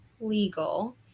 legal